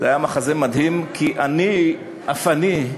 זה היה מחזה מדהים, כי אני, אף אני,